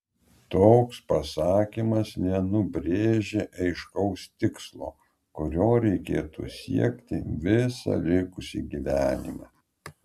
toks pasakymas nenubrėžia aiškaus tikslo kurio reikėtų siekti visą likusį gyvenimą